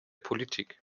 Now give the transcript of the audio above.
politik